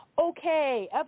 Okay